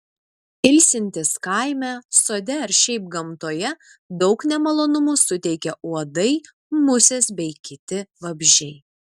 ilsintis kaime sode ar šiaip gamtoje daug nemalonumų suteikia uodai musės bei kiti vabzdžiai